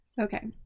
Okay